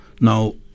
now